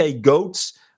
goats